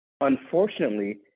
Unfortunately